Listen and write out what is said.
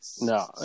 No